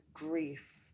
grief